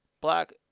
black